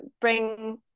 bring